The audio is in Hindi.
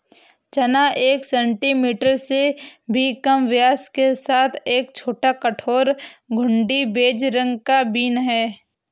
चना एक सेंटीमीटर से भी कम व्यास के साथ एक छोटा, कठोर, घुंडी, बेज रंग का बीन है